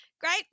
great